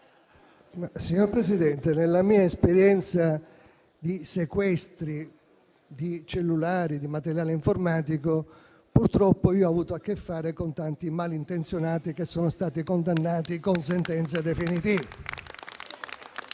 colleghi, nella mia esperienza di sequestri di cellulari e di materiale informatico ho purtroppo avuto a che fare con tanti malintenzionati che sono stati condannati con sentenza definitiva.